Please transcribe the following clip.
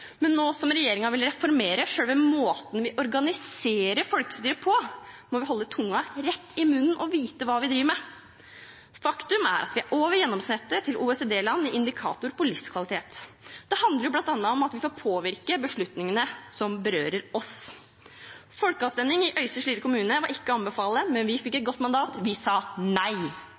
Men nå som regjeringen vil reformere selve måten vi organiserer folkestyret på, må vi holde tunga rett i munnen og vite hva vi driver med. Faktum er at vi er over gjennomsnittet til OECD-land i indikator på livskvalitet. Det handler bl.a. om at vi får påvirke beslutningene som berører oss. Folkeavstemning i Øystre Slidre kommune var ikke å anbefale, men vi fikk et godt mandat, vi sa nei